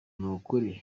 nukuri